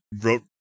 wrote